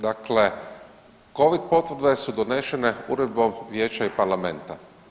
Dakle, covid potvrde su donešene Uredbom Vijeća i Parlamenta.